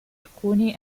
alcuni